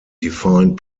defined